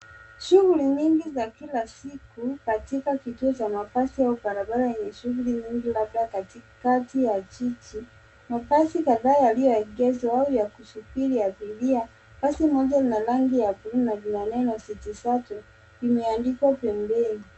Shughuli nyingi za kila siku katika kituo cha mabasi au barabara yenye shughuli nyingi labda katikati ya jiji. Mabasi kadhaa yaliyoegeshwa au yakisubiri abiria. Basi moja lina rangi ya bluu na lina neno City Shuttle imeandikwa pembeni.